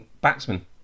batsman